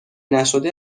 نشده